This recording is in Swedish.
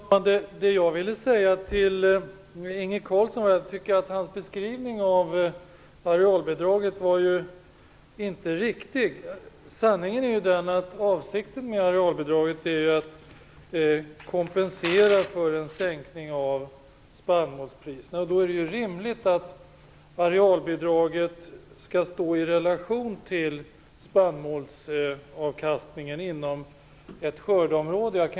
Fru talman! Det jag ville säga till Inge Carlsson var att jag tycker att hans beskrivning av arealbidraget inte är riktig. Sanningen är den att avsikten med arealbidraget är att kompensera för en sänkning av spannmålspriserna. Då är det rimligt att arealbidraget skall stå i relation till spannmålsavkastningen inom ett skördeområde.